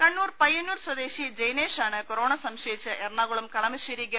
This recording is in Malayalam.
കണ്ണൂർ പ്യ്യന്നൂർ സ്വദേശി ജെയ്നേഷ് ആണ് കൊറോണ സംശ യിച്ച് എറണാകുളം കളമശ്ശേരി ഗവ